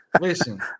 Listen